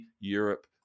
Europe